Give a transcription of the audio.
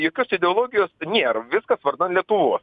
jokios ideologijos nėra viskas vardan lietuvos